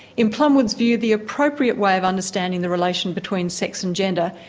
in plumwood's view, the appropriate way of understanding the relation between sex and gender,